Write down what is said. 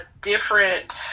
different